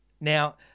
Now